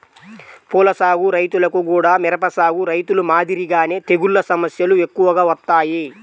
పూల సాగు రైతులకు గూడా మిరప సాగు రైతులు మాదిరిగానే తెగుల్ల సమస్యలు ఎక్కువగా వత్తాయి